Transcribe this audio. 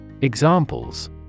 Examples